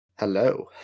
Hello